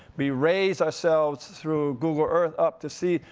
we raise ourselves through google earth, up to sea.